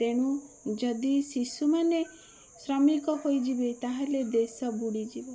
ତେଣୁ ଯଦି ଶିଶୁମାନେ ଶ୍ରମିକ ହୋଇଯିବେ ତାହେଲେ ଦେଶ ବୁଡ଼ିଯିବ